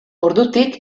ordutik